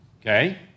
okay